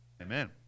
Amen